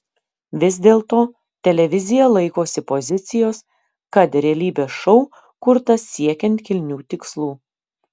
vis dėlto televizija laikosi pozicijos kad realybės šou kurtas siekiant kilnių tikslų